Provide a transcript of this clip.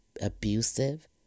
abusive